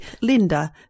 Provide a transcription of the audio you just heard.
Linda